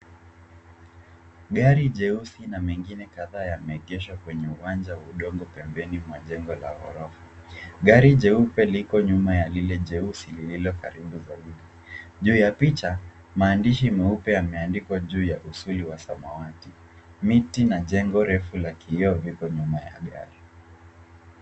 Gari jeusi na mengine kadhaa yameegeshwa kwenye uwanja mdogo pembeni mwa jengo la ghorofa. Gari jeupe liko nyuma ya lile jeusi lililo karibu kabisa. Juu ya picha maandishi meupe yameandikwa juu ya uzuri wa samawati. Miti na jengo refu la kioo ziko nyuma ya gari.